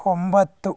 ಒಂಬತ್ತು